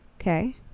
Okay